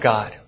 God